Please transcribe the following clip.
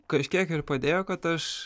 kažkiek ir padėjo kad aš